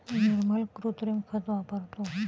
निर्मल कृत्रिम खत वापरतो